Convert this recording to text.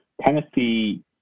Tennessee